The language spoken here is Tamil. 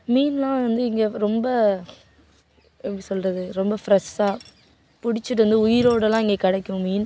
மீன்லாம் வந்து இங்கே ரொம்ப எப்படி சொல்லுறது ரொம்ப ஃப்ரெஷ்ஷாக பிடிச்சிட்டு வந்து உயிரோடலாம் இங்கே கிடைக்கும் மீன்